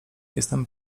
jestem